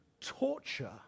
torture